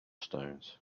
stones